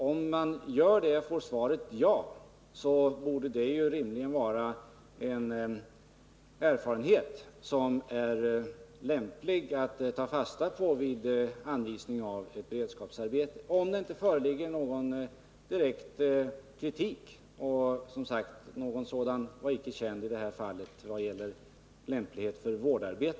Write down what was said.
Om man gör det och får svaret ja borde det rimligen innebära att det finns en erfarenhet som är lämplig att ta fasta på vid anvisning av beredskapsarbete inom vårdsektorn. Detta förutsatt att det inte föreligger någon direkt kritik. Och någon sådan kritik var som sagt inte känd i det här fallet vad gällde lämpligheten för vårdarbete.